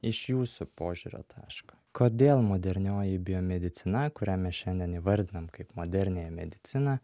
iš jūsų požiūrio taško kodėl modernioji biomedicina kurią mes šiandien įvardinam kaip moderniąją mediciną